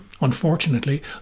unfortunately